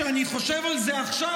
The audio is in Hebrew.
כשאני חושב על זה עכשיו,